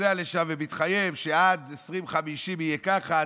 נוסע לשם ומתחייב שעד 2050 יהיה ככה,